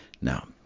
Now